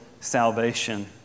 salvation